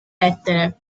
lettere